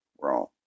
Wrong